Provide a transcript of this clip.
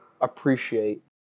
appreciate